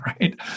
right